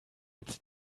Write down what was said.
its